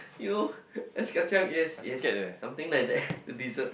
you know ice kacang yes yes something like that dessert